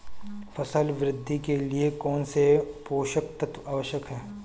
फसल वृद्धि के लिए कौनसे पोषक तत्व आवश्यक हैं?